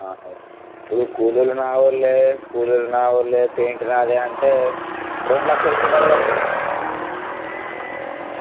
ఇప్పుడు కూలోళ్ళు నావాళ్ళే కూలోళ్ళు నావాళ్ళే పెయింటూ నాదే అంటే రెండు లక్షల చిల్లర పడుతుంది